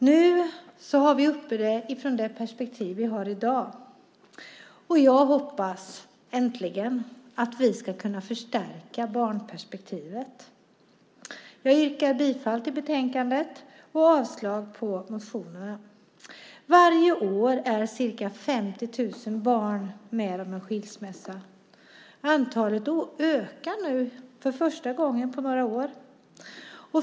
Nu diskuterar vi frågorna från det perspektiv vi har i dag, och jag hoppas att vi äntligen ska kunna förstärka barnperspektivet. Jag yrkar bifall till förslaget i betänkandet och avslag på motionerna. Varje år är ca 50 000 barn med om en skilsmässa. Antalet ökar nu för första gången på några år.